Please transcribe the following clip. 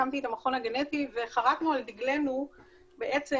הקמתי את המכון הגנטי וחרטנו על דגלנו בעצם